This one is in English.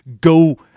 Go